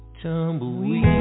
tumbleweed